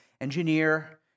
engineer